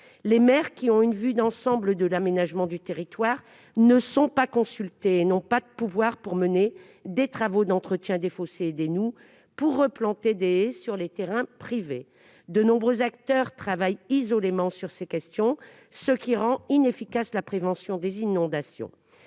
Les maires, qui ont une vue d'ensemble de l'aménagement du territoire, ne sont pas consultés et n'ont pas de pouvoir pour mener des travaux d'entretien des fossés et des noues, et replanter des haies sur les terrains privés. De nombreux acteurs travaillent isolément sur ces questions, ce qui rend inefficace la prévention des inondations.